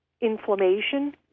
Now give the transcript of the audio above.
inflammation